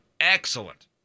Excellent